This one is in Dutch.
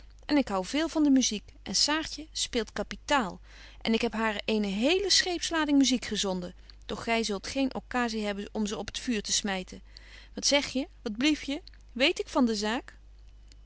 en ik hou veel van de muziek en saartje speelt capitaal betje wolff en aagje deken historie van mejuffrouw sara burgerhart en ik heb haar eene hele scheepslading muziek gezonden doch gy zult geen occasie hebben om ze op t vuur te smyten wat zegje wat bliefje weet ik van de zaak